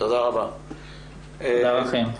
תודה לכם.